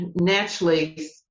naturally